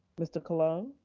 mr. colon.